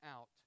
out